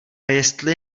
jestli